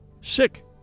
Sick